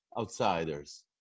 outsiders